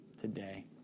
today